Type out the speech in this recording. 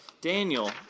Daniel